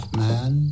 man